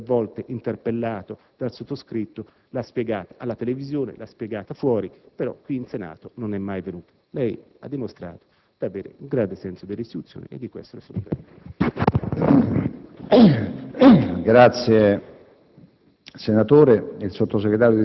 in Senato. Il Ministro, tre volte interpellato dal sottoscritto, lo ha spiegato alla televisione, lo ha spiegato fuori, però qui in Senato non è mai venuto. Lei ha dimostrato di avere un grande senso delle istituzioni e di questo la ringrazio.